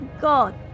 God